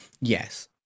Yes